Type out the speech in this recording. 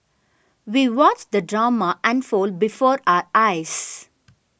we watched the drama unfold before our eyes